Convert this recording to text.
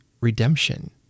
redemption